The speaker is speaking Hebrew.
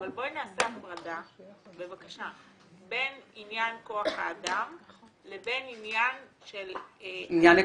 אבל בואי נעשה הפרדה בבקשה בין עניין כוח האדם לבין העניין העקרוני,